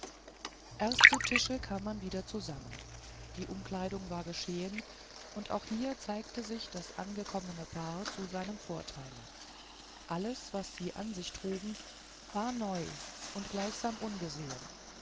erst zu tische kam man wieder zusammen die umkleidung war geschehen und auch hier zeigte sich das angekommene paar zu seinem vorteile alles was sie an sich trugen war neu und gleichsam ungesehen